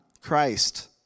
Christ